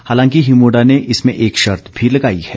हालांकि हिमुडा ने इसमें एक शर्त भी लगाई है